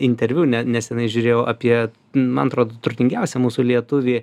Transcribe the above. interviu ne nesenai žiūrėjau apie man atrodo turtingiausią mūsų lietuvį